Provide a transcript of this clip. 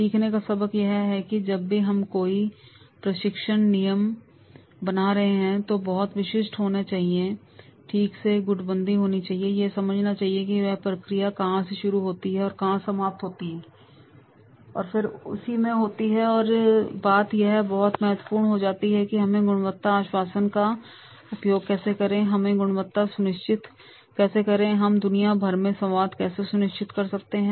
सीखने का सबक यह है कि जब भी हम कोई प्रशिक्षण नियमावली बना रहे हैं तो वह बहुत विशिष्ट होनी चाहिए ठीक से गुटबंदी होनी चाहिए यह समझना चाहिए कि यह प्रक्रिया कहाँ से शुरू होती है और कहाँ समाप्त होती है और फिर उसी में होती है बात यह बहुत महत्वपूर्ण हो जाता है कि हम इस गुणवत्ता आश्वासन का उपयोग कैसे कर रहे हैं हम गुणवत्ता कैसे सुनिश्चित करते हैं हम दुनिया भर में स्वाद कैसे सुनिश्चित कर सकते हैं